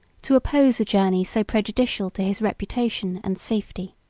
to oppose a journey so prejudicial to his reputation and safety.